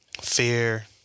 fear